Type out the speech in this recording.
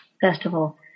festival